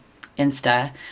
Insta